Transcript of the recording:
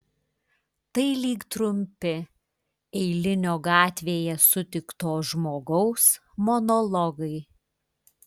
tai lyg trumpi eilinio gatvėje sutikto žmogaus monologai